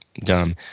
dumb